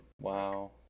Wow